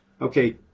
okay